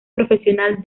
profesional